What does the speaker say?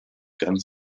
ganz